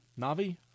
Navi